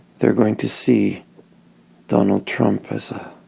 they're going to see donald trump is a